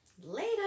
Later